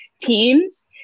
teams